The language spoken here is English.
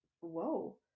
whoa